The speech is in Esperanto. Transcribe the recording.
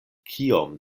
kiom